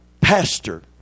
pastor